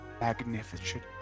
magnificent